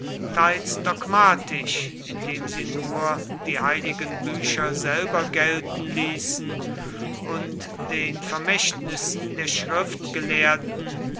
dogmatisch indem sie nur die heiligen bücher selber gelten ließen und den vermächtnissen der schriftgelehrten